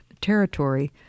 territory